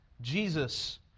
Jesus